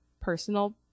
personal